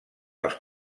els